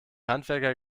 handwerker